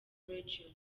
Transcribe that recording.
region